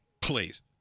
Please